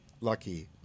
lucky